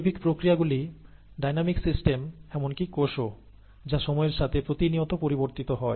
জৈবিক প্রক্রিয়াগুলি dynamic system এমনকি কোষও যা সময়ের সাথে প্রতিনিয়ত পরিবর্তিত হয়